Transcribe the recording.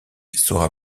saura